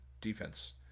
defense